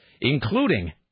including